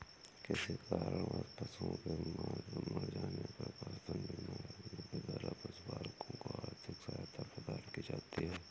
किसी कारणवश पशुओं के मर जाने पर पशुधन बीमा योजना के द्वारा पशुपालकों को आर्थिक सहायता प्रदान की जाती है